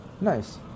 Nice